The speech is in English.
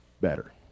better